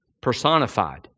personified